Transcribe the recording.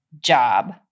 job